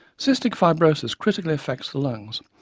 cystic fibrosis critically affects the lungs,